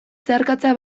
zeharkatzea